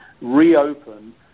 reopen